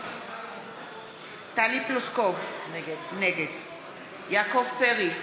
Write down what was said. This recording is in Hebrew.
טלי פלוסקוב, נגד יעקב פרי,